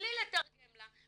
בלי לתרגם לה,